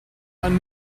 and